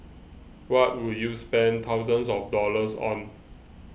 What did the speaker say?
what would you spend thousands of dollars on